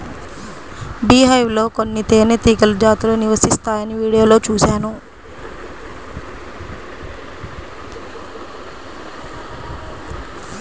beehive లో కొన్ని తేనెటీగ జాతులు నివసిస్తాయని వీడియోలో చూశాను